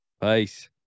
Peace